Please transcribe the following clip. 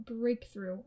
breakthrough